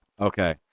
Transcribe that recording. Okay